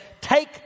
take